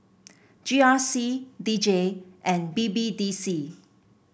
G R C D J and B B D C